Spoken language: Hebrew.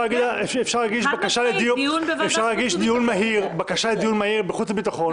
אפשר להגיש בקשה לדיון מהיר בחוץ וביטחון,